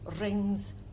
rings